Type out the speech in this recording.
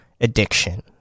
addiction